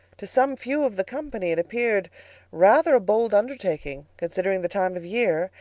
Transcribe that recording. to some few of the company it appeared rather a bold undertaking, considering the time of year,